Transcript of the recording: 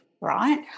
right